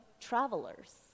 travelers